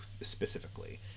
specifically